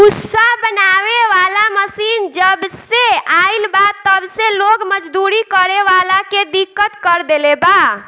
भूसा बनावे वाला मशीन जबसे आईल बा तब से लोग मजदूरी करे वाला के दिक्कत कर देले बा